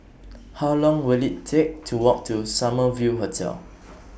How Long Will IT Take to Walk to Summer View Hotel